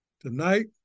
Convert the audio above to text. Tonight